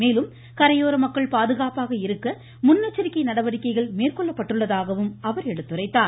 மேலும் கரையோர மக்கள் பாதுகாப்பாக இருக்க முன்னெச்சரிக்கை நடவடிக்கைகள் மேற்கொள்ளப் பட்டுள்ளதாகவும் எடுத்துரைத்தார்